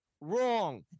Wrong